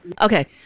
Okay